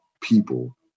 people